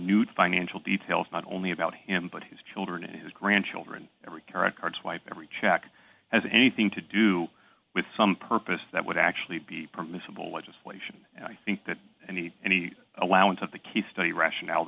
minute financial details not only about him but his children and his grandchildren every care at card swipe every check has anything to do with some purpose that would actually be permissible legislation and i think that any allowance of the key study rationale